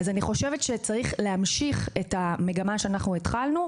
אז אני חושבת שצריך להמשיך את המגמה שהתחלנו,